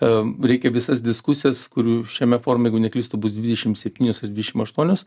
am reikia visas diskusijas kurių šiame forume jeigu neklystu bus dvidešim septynios ar dvidešim aštuonios